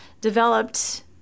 developed